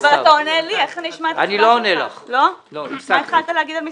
אבל אתה עונה לי, איך אני אשמע את התשובה שלך?